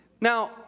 Now